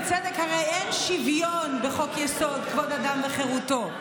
בצדק: הרי אין שוויון בחוק-יסוד: כבוד האדם וחירותו.